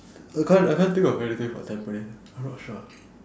I can't I can't think of anything for tampines I'm not sure